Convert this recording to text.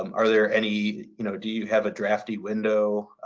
um are there any you know do you have a drafty window?